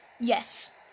yes